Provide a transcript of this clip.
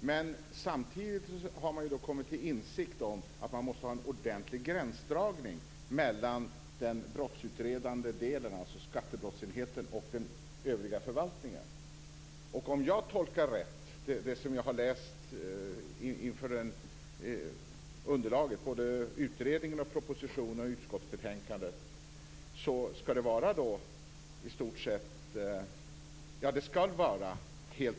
Men samtidigt har man kommit till insikt om att man måste ha en ordentlig gränsdragning mellan den brottsutredande delen, alltså skattebrottsenheten, och den övriga förvaltningen. Om jag tolkar det underlag som jag har läst rätt, utredningen, propositionen och utskottsbetänkandet, skall det vara helt åtskilt.